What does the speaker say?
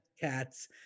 cats